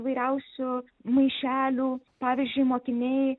įvairiausių maišelių pavyzdžiui mokiniai